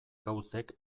gauzek